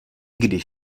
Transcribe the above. když